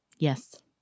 Yes